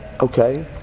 okay